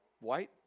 white